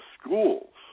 schools